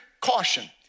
caution